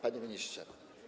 Panie Ministrze!